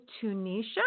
Tunisia